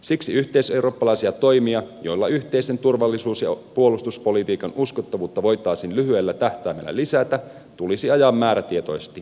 siksi yhteiseurooppalaisia toimia joilla yhteisten turvallisuus ja puolustuspo litiikan uskottavuutta voitaisiin lyhyellä tähtäimellä lisätä tulisi ajaa määrätietoisesti eteenpäin